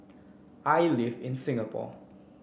I live in Singapore